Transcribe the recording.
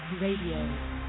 Radio